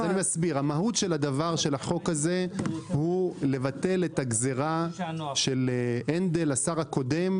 המהות של החוק הזה היא לבטל את הגזרה של השר הקודם הנדל,